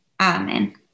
Amen